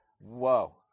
Whoa